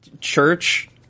church